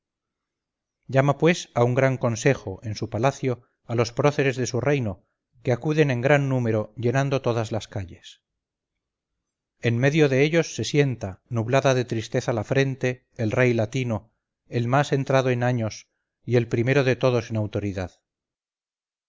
llama pues a un gran consejo en su palacio a los próceres de su reino que acuden en gran número llenando todas las calles en medio de ellos se sienta nublada de tristeza la frente el rey latino el más entrado en años y el primero de todos en autoridad